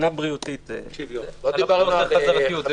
לא דיברנו על חזרתיות,